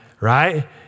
right